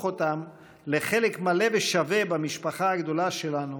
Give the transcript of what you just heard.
אותם לחלק מלא ושווה במשפחה הגדולה שלנו